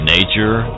Nature